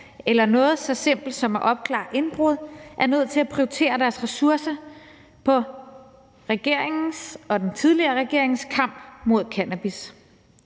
eller noget så simpelt som at opklare indbrud er nødt til at prioritere deres ressourcer på regeringens og den tidligere regerings kamp mod cannabis.